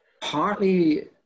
Partly